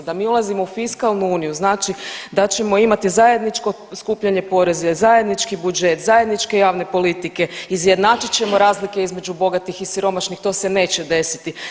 Da mi ulazimo u fiskalnu uniju znači da ćemo imati zajedničko skupljanje poreza, zajednički budžet, zajedničke javne politike, izjednačit ćemo razlike između bogatih i siromašnih, to se neće desiti.